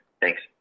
Thanks